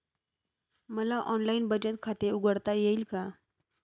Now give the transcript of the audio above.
मला ऑनलाइन बचत खाते उघडता येईल का?